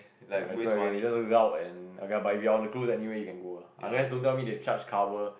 ya it's quite okay just log and okay lah if you're on the cruise anyway you can go unless don't tell me they charge cover